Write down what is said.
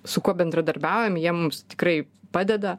su kuo bendradarbiaujam jie mums tikrai padeda